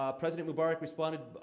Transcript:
ah president mubarak responded, ah,